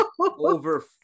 over